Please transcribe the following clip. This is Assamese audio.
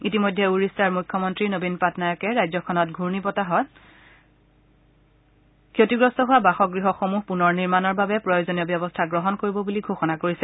ইতিমধ্যে উৰিষ্যাৰ মুখ্যমন্ত্ৰী নবীন পাটনায়কে ৰাজ্যখনত ঘূৰ্ণি বজাত ফণীৰ ফলত ক্ষতিগ্ৰস্ত হোৱা বাসগৃহসমূহ পুনৰ নিৰ্মাণৰ বাবে প্ৰয়োজনীয় ব্যৱস্থা গ্ৰহণ কৰিব বুলি ঘোষণা কৰিছে